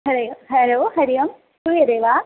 हरिः ओं हलो हरिः ओं श्रूयते वा